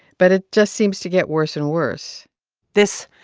but it just seems to get worse and worse this,